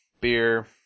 Beer